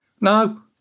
No